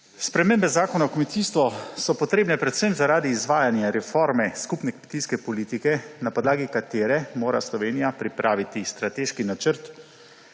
Spremembe Zakona o kmetijstvu so potrebne predvsem zaradi izvajanja reforme skupne kmetijske politike, na podlagi katere mora Slovenija pripraviti strateški načrt